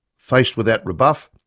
faced with that rebuff,